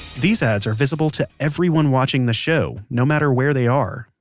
these ads are visible to everyone watching the show, no matter where they are.